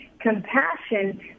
compassion